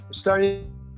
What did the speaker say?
starting